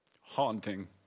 haunting